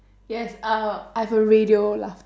yes uh I've a radio laugh